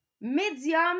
medium